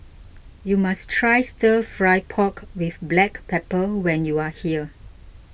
you must try Stir Fry Pork with Black Pepper when you are here